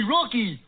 Rocky